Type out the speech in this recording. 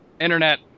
internet